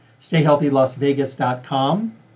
stayhealthylasvegas.com